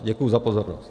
Děkuji za pozornost.